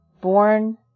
born